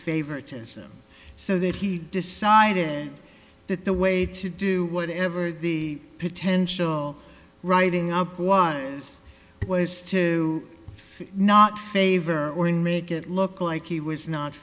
favoritism so that he decided that the way to do whatever the potential writing up was was to not favor or in make it look like he was not